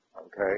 okay